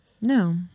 No